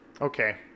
Okay